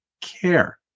care